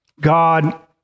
God